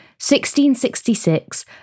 1666